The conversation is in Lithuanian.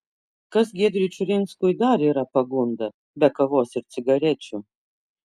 kas giedriui čiurinskui dar yra pagunda be kavos ir cigarečių